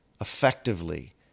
effectively